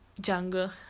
jungle